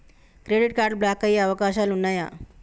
Credit card block అయ్యే అవకాశాలు ఉన్నయా?